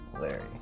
Larry